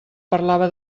parlava